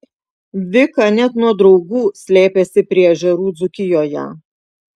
vika net nuo draugų slėpėsi prie ežerų dzūkijoje